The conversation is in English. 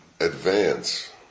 advance